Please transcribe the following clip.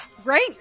Great